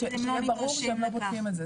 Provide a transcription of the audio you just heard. ביקשתי שיהיה ברור שהם לא בודקים את זה.